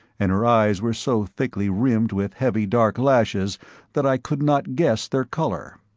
and her eyes were so thickly rimmed with heavy dark lashes that i could not guess their color.